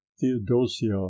theodosia